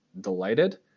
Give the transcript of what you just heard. Delighted